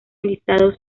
listados